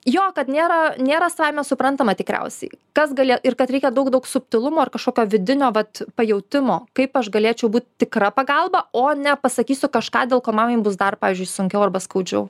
jo kad nėra nėra savaime suprantama tikriausiai kas galė ir kad reikia daug daug subtilumo ar kažkokio vidinio vat pajautimo kaip aš galėčiau būt tikra pagalba o ne pasakysiu kažką dėl ko mamai bus dar pavyzdžiui sunkiau arba skaudžiau